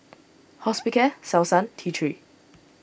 Hospicare Selsun T three